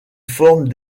forme